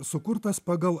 sukurtas pagal